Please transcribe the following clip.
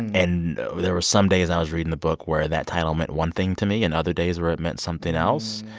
and there were some days i was reading the book where that title meant one thing to me and other days where it meant something else.